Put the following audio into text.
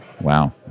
Wow